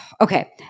okay